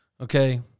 Okay